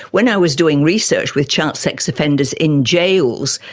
when i was doing research with child sex offenders in jails,